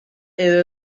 edo